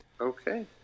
Okay